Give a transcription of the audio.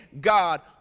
God